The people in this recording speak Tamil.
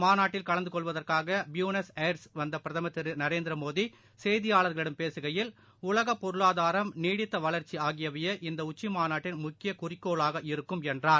மாநாட்டில் கலந்துகொள்வதற்காகபியுனஸ் வந்தபிரதமர் திருநரேந்திரமோடி அயர்ஸ் செய்தியாளர்களிடம் பேசுகையில் உலகபொருளாதாரம் நீடித்தவளர்ச்சிஆகியவையே இந்தஉச்சிமாநாட்டின் முக்கியகுறிக்கோளாக இருக்கும் என்றார்